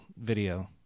video